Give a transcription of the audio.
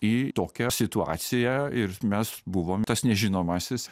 į tokią situaciją ir mes buvom tas nežinomasis